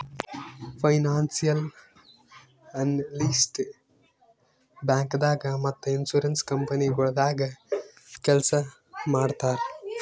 financial analyst ಬ್ಯಾಂಕ್ದಾಗ್ ಮತ್ತ್ insurance ಕಂಪನಿಗೊಳ್ದಾಗ ಕೆಲ್ಸ್ ಮಾಡ್ತರ್